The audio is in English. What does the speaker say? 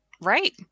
right